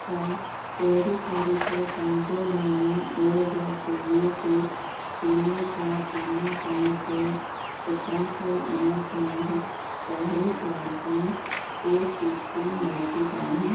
छा पहिरीं तारीख़ु पंजो महिनो ॿ हज़ार चोवीह ते चेन्नई खां पूना ताईं ट्रेन सत्रहं सौ उणहठि में पहिरीं क्लास में को सीटूं मौजूदु आहिनि